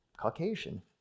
Caucasian